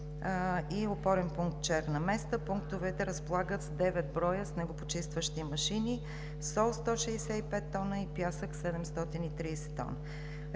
и опорен пункт „Черна Места“. Пунктовете разполагат с 9 снегопочистващи машини, сол – 165 тона, и пясък – 730 тона.